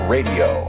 Radio